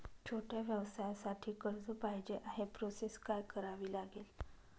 छोट्या व्यवसायासाठी कर्ज पाहिजे आहे प्रोसेस काय करावी लागेल?